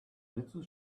little